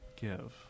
give